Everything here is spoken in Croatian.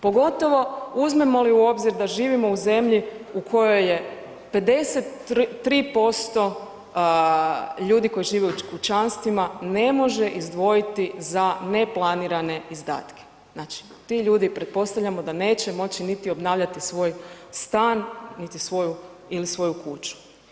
Pogotovo uzmemo li u obzir da živimo u zemlji u kojoj je 53% ljudi koji žive u kućanstvima ne može izdvojiti za neplanirane izdatke, znači ti ljudi pretpostavljamo da neće moći niti obnavljati svoj stan ili svoju kuću.